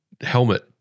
helmet